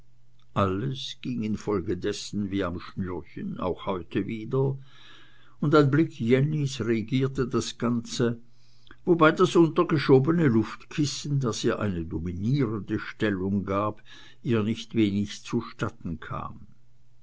alles ging in folge davon wie am schnürchen auch heute wieder und ein blick jennys regierte das ganze wobei das untergeschobene luftkissen das ihr eine dominierende stellung gab ihr nicht wenig zustatten kam